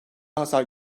hasar